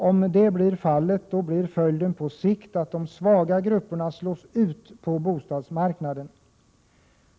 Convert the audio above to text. Om det blir fallet, blir följden på sikt att de svaga grupperna slås ut på bostadsmarknaden.